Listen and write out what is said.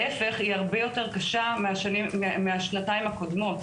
להיפך, היא הרבה יותר קשה מהשנתיים הקודמות.